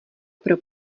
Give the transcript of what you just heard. pro